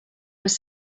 was